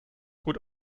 gut